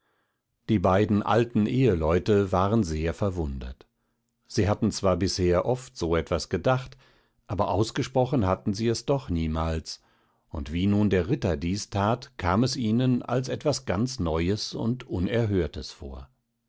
die beiden alten eheleute waren sehr verwundert sie hatten zwar bisher oft so etwas gedacht aber ausgesprochen hatten sie es doch niemals und wie nun der ritter dies tat kam es ihnen als etwas ganz neues und unerhörtes vor